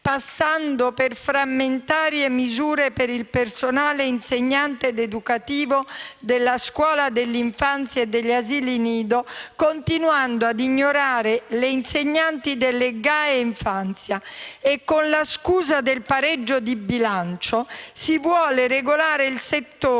passando per frammentarie misure per il personale insegnante ed educativo della scuola dell'infanzia e degli asili nido, continuando a ignorare le insegnanti delle GAE infanzia. E, con la scusa del pareggio di bilancio, si vuole regolare il settore